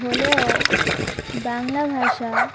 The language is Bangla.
হলেও বাংলা ভাষা